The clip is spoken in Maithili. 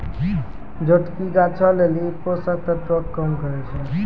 जोटकी गाछो लेली पोषक तत्वो के काम करै छै